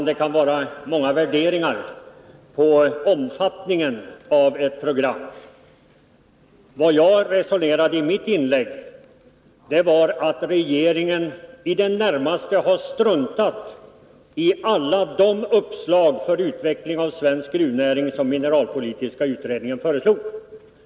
Herr talman! Ett programs omfattning kan värderas på många sätt. Vad jagresonerade om i mitt inlägg var att regeringen i det närmaste har struntat i alla de uppslag gällande utveckling av svensk gruvnäring som mineralpolitiska utredningen kommit med.